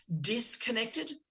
disconnected